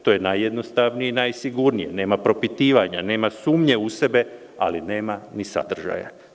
To je najjednostavnije i najsigurnije, nema propitivanja, nema sumnje u sebe, ali nema ni sadržaja.